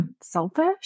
selfish